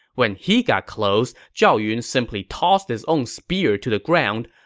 when he got close, zhao yun simply tossed his own spear to the ground,